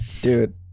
Dude